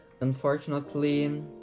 unfortunately